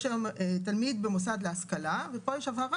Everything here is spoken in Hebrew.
יש היום תלמיד במוסד להשכלה ופה יש הבהרה